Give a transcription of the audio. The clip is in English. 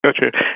Gotcha